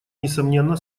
несомненно